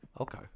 Okay